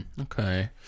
Okay